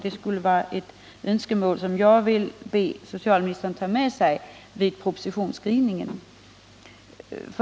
Det är ett önskemål jag ber socialministern ta med vid propositionsskrivningen.